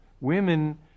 women